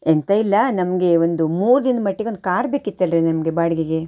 ಎಂತ ಇಲ್ಲ ನಮಗೆ ಒಂದು ಮೂರು ದಿನ್ದ ಮಟ್ಟಿಗೊಂದು ಕಾರ್ ಬೇಕಿತ್ತಲ್ಲಾರಿ ನಮಗೆ ಬಾಡಿಗೆಗೆ